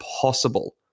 possible